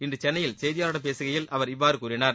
இன்று சென்னையில் செய்தியாளர்களிடம் பேசுகையில் அவர் இவ்வாறு கூறினார்